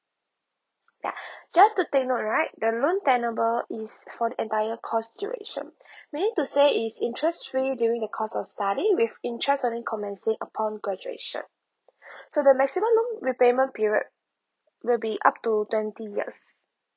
ya just to take note right the loan tenable is for entire course duration meaning to say is interest fee during the course of study which in charge any commencing upon graduation so the maximum loan the payment period the payment period will be up to twenty years